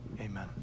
Amen